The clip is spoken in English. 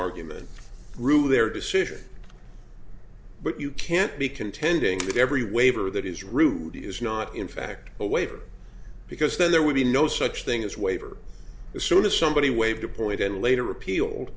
argument through their decision but you can't be contending that every waiver that is rude is not in fact a waiver because there would be no such thing as waiver as soon as somebody waved a point and later repealed